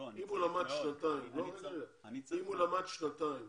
אם הוא למד שנתיים